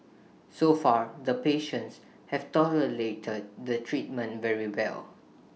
so far the patients have tolerated the treatment very well